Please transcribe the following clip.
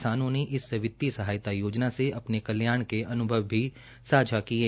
किसानों ने इस वित्तीय सहायता योजना से अपने कल्याण के अन्भव भी सांझा किये